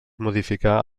modificar